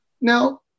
Now